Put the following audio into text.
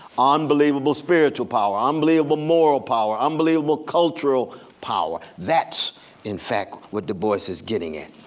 unbelievable spiritual power, unbelievable moral power, unbelievable cultural power. that's in fact what du bois is getting at.